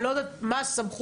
אני לא יודעת מה הסמכות,